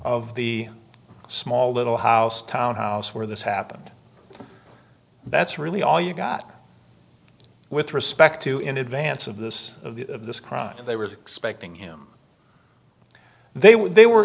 of the small little house townhouse where this happened that's really all you got with respect to in advance of this of the crime they were expecting him they were they were